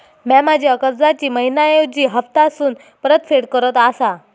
म्या माझ्या कर्जाची मैहिना ऐवजी हप्तासून परतफेड करत आसा